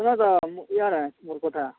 ଶୁନତ ଇଆଡ଼େ ମୋର୍ କଥା